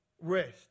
rest